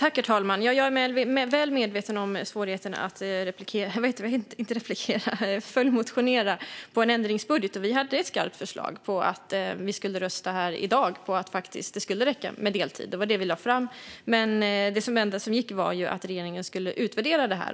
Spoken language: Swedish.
Herr talman! Jag är väl medveten om svårigheten att motionera med anledning av en ändringsbudget. Vi hade ett skarpt förslag om att vi i dag skulle rösta för att det faktiskt skulle räcka med deltid. Det var det vi lade fram, men det enda som var möjligt var att regeringen skulle utvärdera detta.